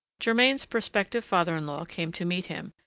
germain's prospective father-in-law came to meet him,